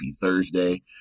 Thursday